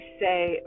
say